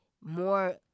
more